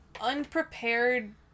unprepared